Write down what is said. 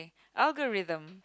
algorithm